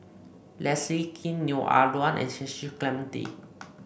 Leslie Kee Neo Ah Luan and Cecil Clementi